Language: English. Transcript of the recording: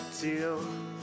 deal